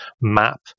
map